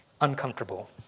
uncomfortable